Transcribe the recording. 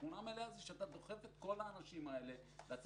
יש בנק עצום של אנשים שלא משלמים,